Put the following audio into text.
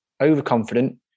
overconfident